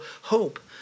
hope